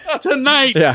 Tonight